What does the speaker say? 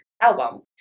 album